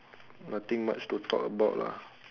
nothing much to talk about lah